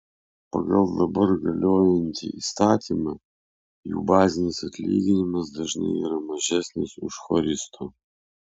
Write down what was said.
pagal dabar galiojantį įstatymą jų bazinis atlyginimas dažnai yra mažesnis už choristo